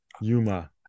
Yuma